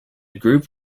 group